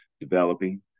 developing